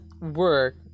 work